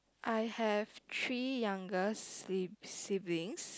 I have three younger sib~ siblings